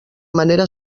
manera